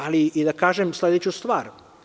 Ali, i da kažem sledeću stvar.